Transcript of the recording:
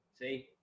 See